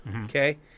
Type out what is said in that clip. Okay